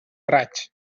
raig